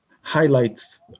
highlights